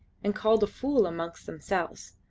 and called a fool amongst themselves.